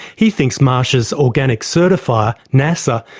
he thinks marsh's organic certifier, nasaa,